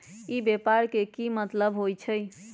ई व्यापार के की मतलब होई छई?